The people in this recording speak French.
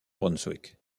brunswick